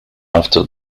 after